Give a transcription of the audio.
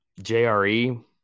JRE